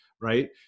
right